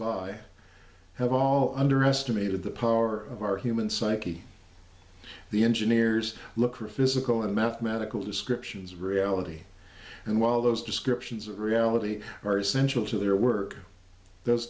by have all underestimated the power of our human psyche the engineers look for physical and mathematical descriptions reality and while those descriptions of reality are essential to their work those